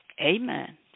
amen